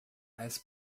eis